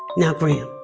now, graham,